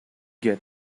get